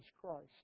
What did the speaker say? Christ